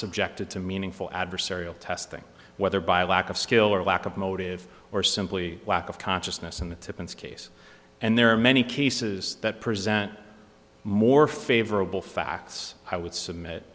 subjected to meaningful adversarial testing whether by a lack of skill or a lack of motive or simply lack of consciousness in the tippens case and there are many cases that present more favorable facts i would submit